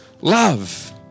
Love